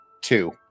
two